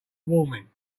warming